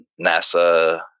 NASA